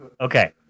Okay